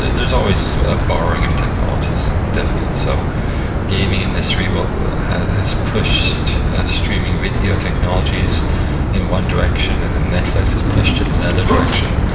there's always ah borrowing of technologies, definitely. so gaming industry but has pushed streaming video technologies in one direction. and the netflix has pushed it in the and other direction,